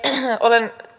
olen